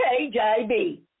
KJB